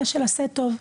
אלא של עשה טוב,